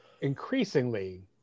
increasingly